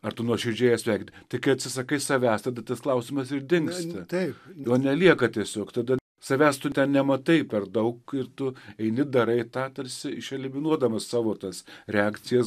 ar tu nuoširdžiai ją sveikint tai kai atsisakai savęs tada tas klausimas ir dingsta jo nelieka tiesiog tada savęs tu ten nematai per daug ir tu eini darai tą tarsi iš eliminuodamas savo tas reakcijas